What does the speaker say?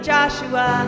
Joshua